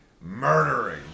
murdering